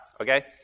Okay